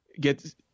get